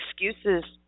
excuses